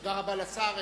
תודה רבה לשר.